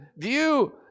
view